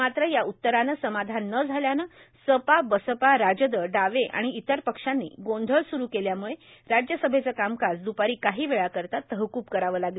मात्र या उत्तरानं समाधान न झाल्यानं सपा बसपा राजद डावे आणि इतर पक्षांनी गोंधळ सुरू केल्यामुळं राज्यसभेचं कामकाज दुपारी काही वेळाकरीता तहकूब करावं लागलं